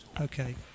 Okay